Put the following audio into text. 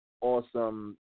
awesome